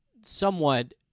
somewhat